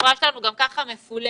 החברה שלנו גם כך מפולגת,